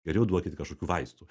geriau duokit kažkokių vaistų